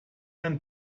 ein